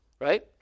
right